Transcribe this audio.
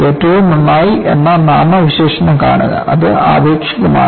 ഏറ്റവും നന്നായി എന്ന നാമവിശേഷണം കാണുക അത് ആപേക്ഷികമാണ്